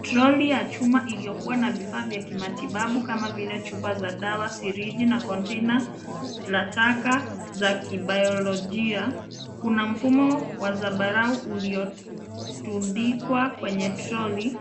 Troli ya chuma iliyokuwa na vifaa vya kimatibabu kama vile chupa za dawa, sirinji na kontena la taka za kibiolojia. Kuna mfumo wa zambarau uliotundikwa kwenye troli.